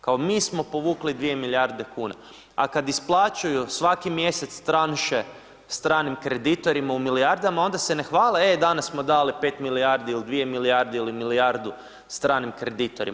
Kao mi smo povukli 2 milijarde kuna, a kad isplaćuju svaki mjesec tranše stranim kreditorima u milijardama, onda se ne hvale, e, danas smo dali 5 milijardi ili 2 milijarde ili milijardu stranim kreditorima.